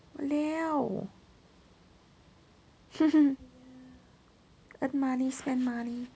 !waliao! earn money spend money